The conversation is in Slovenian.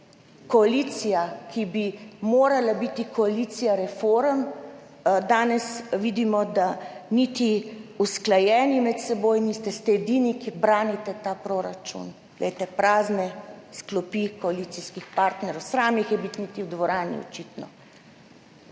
koalicija, ki bi morala biti koalicija reform, danes vidimo, da niti usklajeni med seboj niste, ste edini, ki branite ta proračun. Glejte – prazne klopi koalicijskih partnerjev. Sram jih je biti v dvorani, očitno.